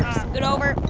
scoot over.